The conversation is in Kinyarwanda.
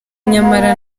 nyamara